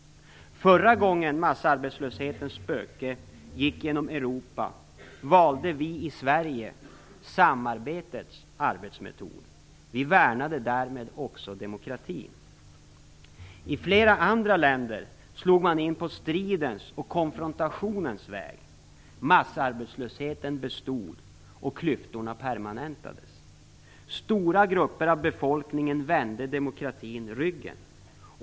Förra gången massarbetslöshetens spöke gick genom Europa valde vi i Sverige samarbetets arbetsmetod. Vi värnade därmed också demokratin. I flera andra länder slog man in på stridens och konfrontationens väg. Massarbetslösheten bestod, och klyftorna permanentades. Stora grupper av befolkningen vände demokratin ryggen.